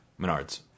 Menards